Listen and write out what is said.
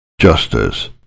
justice